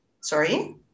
Sorry